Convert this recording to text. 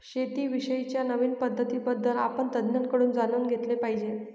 शेती विषयी च्या नवीन पद्धतीं बद्दल आपण तज्ञांकडून जाणून घेतले पाहिजे